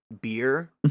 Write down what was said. beer